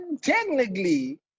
technically